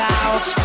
out